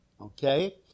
Okay